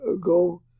go